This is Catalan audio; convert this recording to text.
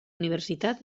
universitat